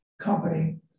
company